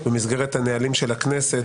במסגרת הנהלים של הכנסת